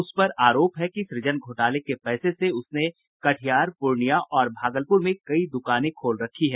उस पर आरोप है कि सृजन घोटाले के पैसे से उसने कटिहार पूर्णिया और भागलपुर में कई दुकानें खोल रखी है